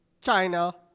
China